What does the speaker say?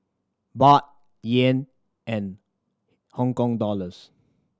Baht Yen and Hong Kong Dollars